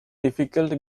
difficult